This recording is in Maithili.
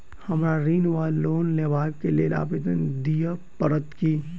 हमरा ऋण वा लोन लेबाक लेल आवेदन दिय पड़त की?